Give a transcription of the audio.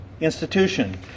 Institution